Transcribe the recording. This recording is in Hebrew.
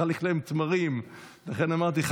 מחלק להם תמרים לכן אמרתי לך,